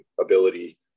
ability